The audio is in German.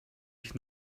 ich